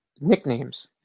Nicknames